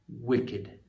wicked